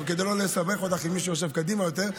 כדי לא לסבך אותך עם מי שיושב קדימה יותר,